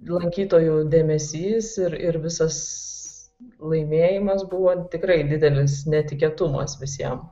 lankytojų dėmesys ir ir visas laimėjimas buvo tikrai didelis netikėtumas visiem